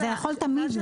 זה יכול תמיד --- בסדר,